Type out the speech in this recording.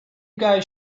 guys